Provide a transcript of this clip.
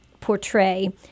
portray